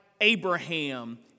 Abraham